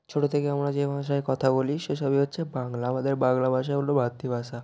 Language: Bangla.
ছোটো থেকে আমরা যে ভাষায় কথা বলি সেসবই হচ্ছে বাংলা আমাদের বাংলা ভাষা হলো মাতৃভাষা